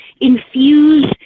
infuse